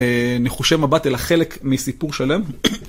נחושי מבט אלא חלק מסיפור שלם.